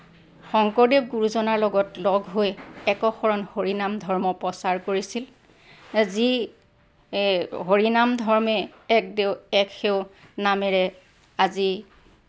শংকৰদেৱ গুৰুজনাৰ লগত লগ হৈ একশৰণ হৰিনাম ধৰ্ম প্ৰচাৰ কৰিছিল যি এই হৰিনাম ধৰ্মে এক দেও এক সেও নামেৰে আজি